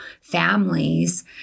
families